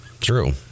True